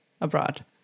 abroad